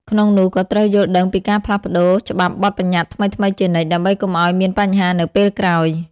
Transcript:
ក្នុងនោះក៏ត្រូវយល់ដឹងពីការផ្លាស់ប្តូរច្បាប់បទប្បញ្ញត្តិថ្មីៗជានិច្ច ដើម្បីកុំអោយមានបញ្ហានៅពេលក្រោយ។